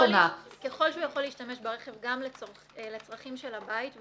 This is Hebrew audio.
ככל שהוא יכול להשתמש ברכב גם לצרכים של הבית,